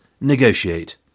negotiate